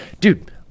dude